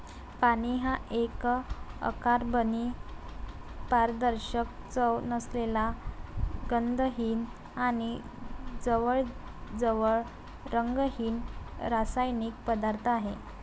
पाणी हा एक अकार्बनी, पारदर्शक, चव नसलेला, गंधहीन आणि जवळजवळ रंगहीन रासायनिक पदार्थ आहे